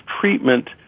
treatment